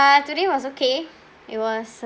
uh today was okay it was